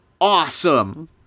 awesome